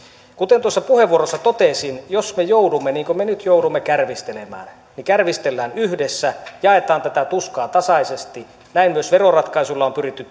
kuten tuossa puheenvuorossa totesin jos me joudumme niin kuin me nyt joudumme kärvistelemään niin kärvistellään yhdessä jaetaan tätä tuskaa tasaisesti näin myös veroratkaisuilla on pyritty